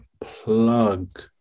plug